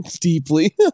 deeply